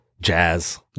Jazz